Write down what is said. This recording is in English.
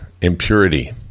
impurity